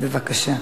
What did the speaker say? בבקשה.